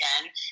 again